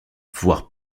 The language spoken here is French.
voire